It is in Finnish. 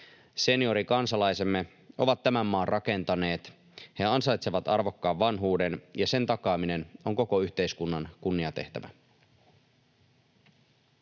Seniorikansalaisemme ovat tämän maan rakentaneet. He ansaitsevat arvokkaan vanhuuden, ja sen takaaminen on koko yhteiskunnan kunnia-tehtävä.